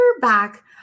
back